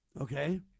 Okay